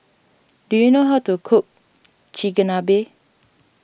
do you know how to cook Chigenabe